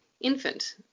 infant